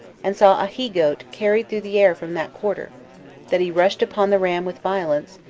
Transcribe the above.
and saw a he-goat carried through the air from that quarter that he rushed upon the ram with violence,